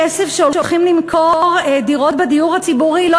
הולכים למכור דירות בדיור הציבורי והכסף לא